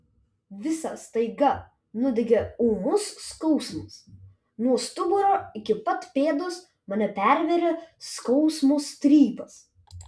visą staiga nudiegė ūmus skausmas nuo stuburo iki pat pėdos mane pervėrė skausmo strypas